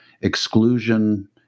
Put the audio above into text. exclusion